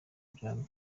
byombi